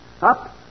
Up